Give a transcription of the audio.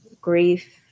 grief